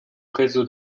réseau